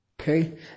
Okay